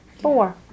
four